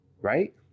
right